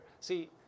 See